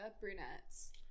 brunettes